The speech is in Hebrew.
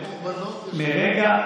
כרגע,